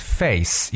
face